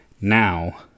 Now